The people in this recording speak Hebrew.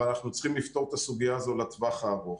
אבל אנחנו צריכים לפתור את הסוגיה הזו לטווח הארוך.